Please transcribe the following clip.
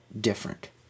different